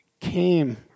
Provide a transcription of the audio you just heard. came